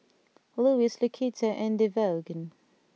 Louis Lucetta and Devaughn